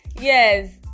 Yes